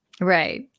right